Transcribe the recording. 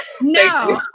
No